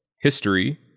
history